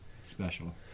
special